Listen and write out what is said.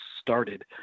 started